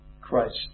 Christ